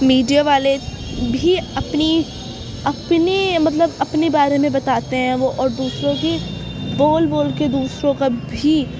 media والے بھی اپنی اپنے مطلب اپنے بارے میں بتاتے ہیں وہ اور دوسروں کی بول بول کے دوسروں کا بھی